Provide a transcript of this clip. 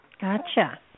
gotcha